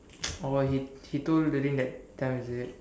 oh he he told during that time is it